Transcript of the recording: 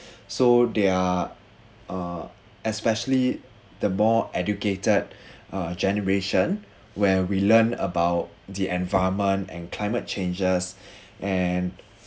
so they're uh especially the more educated uh generation where we learn about the environment and climate changes and